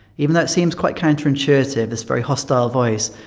even though it seems quite counterintuitive, this very hostile voice,